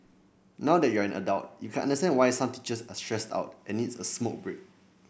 now that you're an adult you can understand why some teachers are stressed out and needs a smoke break